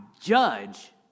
judge